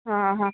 हा हा